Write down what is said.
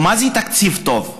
ומה זה תקציב טוב?